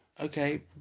okay